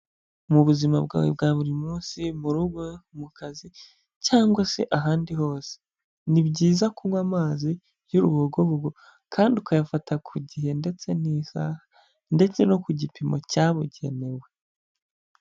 Mu buzima bwawe bwa buri munsi, mu rugo, mu kazi cyangwa se ahandi hose, ni byiza kunywa amazi y'urubogobogo kandi ukayafata ku gihe ndetse neza ndetse no ku gipimo cyabugenewe.